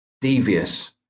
devious